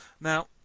Now